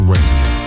Radio